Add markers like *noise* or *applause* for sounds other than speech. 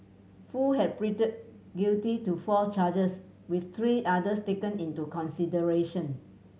foo had *unintelligible* guilty to four charges with three others taken into consideration